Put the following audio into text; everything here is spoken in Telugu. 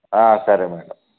సరే మేడం